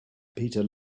peter